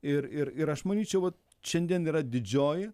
ir ir ir aš manyčiau vat šiandien yra didžioji